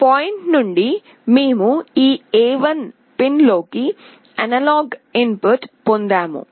ఈ పాయింట్ నుండి మేము ఈ A1 పిన్లోకి అనలాగ్ ఇన్ పుట్ పొందాము